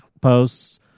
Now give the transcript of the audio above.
posts